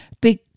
big